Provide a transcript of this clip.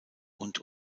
und